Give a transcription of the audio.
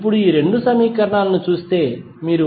ఇప్పుడు మీరు ఈ రెండు సమీకరణాలను చూస్తే మీరుi1 3